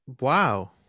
wow